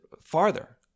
farther